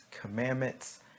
commandments